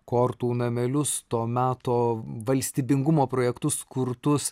kortų namelius to meto valstybingumo projektus kurtus